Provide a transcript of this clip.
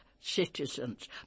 citizens